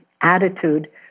attitude